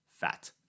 fat